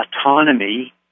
autonomy